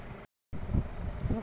किसान मेला मे कोन कोन चिज मिलै है?